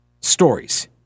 stories